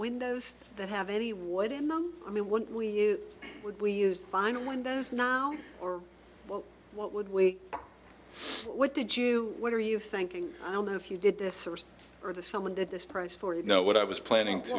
windows that have any what in i mean what we would we use find one those now or what would we what did you what are you thinking i don't know if you did this source or the someone did this price for you know what i was planning to